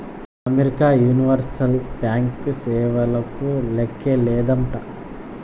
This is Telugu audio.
అమెరికా యూనివర్సల్ బ్యాంకీ సేవలకు లేక్కే లేదంట